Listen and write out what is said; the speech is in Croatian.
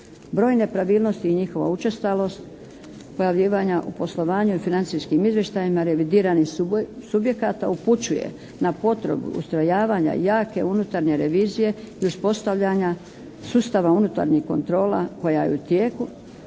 Broj nepravilnosti i njihova učestalost pojavljivanja u poslovanju i financijskim izvještajima revidiranih subjekata upućuje na potrebu ustrojavanja jake unutarnje revizije uspostavljanja sustava unutarnjih kontrola koja je u tijeku,